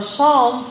Psalm